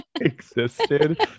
existed